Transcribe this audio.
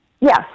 Yes